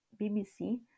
BBC